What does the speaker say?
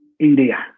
India